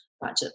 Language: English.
budget